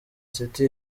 city